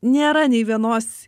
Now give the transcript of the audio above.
nėra nei vienos